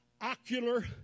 ocular